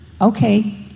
okay